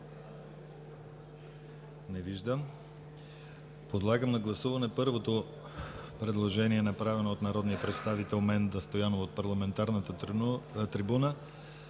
Не виждам. Подлагам на гласуване първото предложение, направено от народния представител Менда Стоянова от парламентарната трибуна: